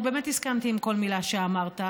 אני באמת הסכמתי לכל מילה שאמרת.